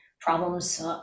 problems